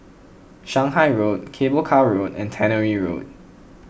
Shanghai Road Cable Car Road and Tannery Road